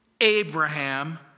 Abraham